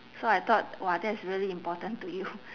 so I thought !wah! that's really important to you